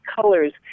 colors